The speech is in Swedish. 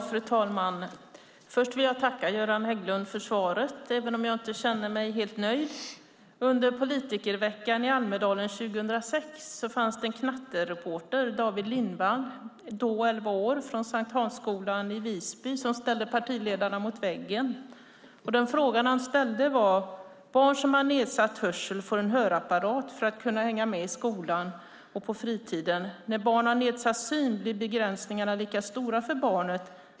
Fru talman! Först vill jag tacka Göran Hägglund för svaret, även om jag inte känner mig helt nöjd. Under politikerveckan i Almedalen 2006 fanns det en knattereporter, David Lindvall, då 11 år, från S:t Hansskolan i Visby, som ställde partiledarna mot väggen. Den fråga han ställde var: Barn som har nedsatt hörsel får en hörapparat för att kunna hänga med i skolan och på fritiden. När barn har nedsatt syn blir begränsningarna lika stora för barnet.